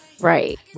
Right